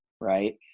Right